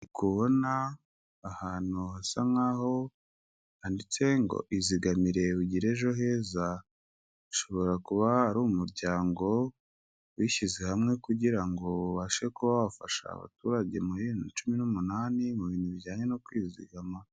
Ndikubona ahantu hasa nkaho handitse ngo "izigamire ugira ejo heza." Ushobora kuba hari umuryango wishyize hamwe kugira ngo ubashe kuba wafasha abaturage muri bibiri na cumi n'umunani mu bintu bijyanye no kwizigama.